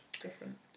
different